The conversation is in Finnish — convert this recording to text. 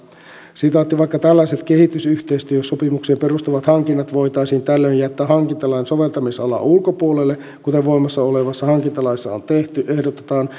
vaikka tällaiset kehitysyhteistyösopimuksiin perustuvat hankinnat voitaisiin tällöin jättää hankintalain soveltamisalan ulkopuolelle kuten voimassa olevassa hankintalaissa on tehty ehdotetaan